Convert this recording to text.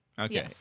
Okay